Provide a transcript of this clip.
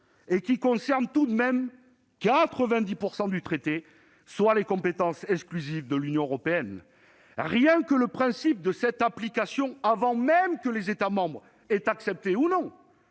et qui concerne, tout de même, 90 % du traité, à savoir les compétences exclusives de l'Union européenne. Rien que le principe de cette entrée en application avant que les États membres aient accepté ou non